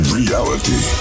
reality